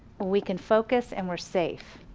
we can focus and we're safe.